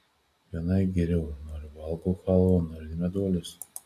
vienai geriau noriu valgau chalvą noriu meduolius